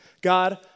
God